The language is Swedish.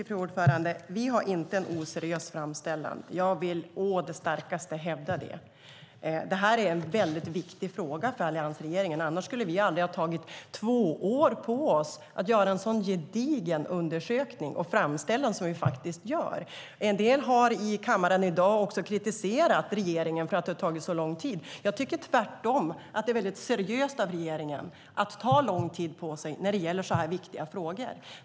Fru talman! Vi har inte en oseriös framställan. Jag vill å det starkaste hävda det. Det här är en väldigt viktig fråga för alliansregeringen, annars skulle vi aldrig ha tagit två år på oss att göra en så gedigen undersökning och framställan som vi faktiskt gör. En del har i kammaren i dag också kritiserat regeringen för att det har tagit så lång tid. Jag tycker tvärtom att det är väldigt seriöst av regeringen att ta lång tid på sig när det gäller så här viktiga frågor.